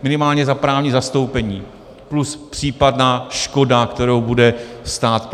Minimálně za právní zastoupení plus případná škoda, kterou bude stát platit.